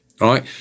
right